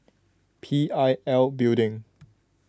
P I L Building